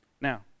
Now